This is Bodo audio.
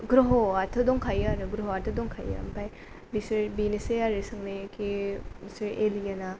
ग्रह'आथ' दंखायो ओमफ्राय बेसोर बेनोसै आरो सोंनायाखि एलियेनआ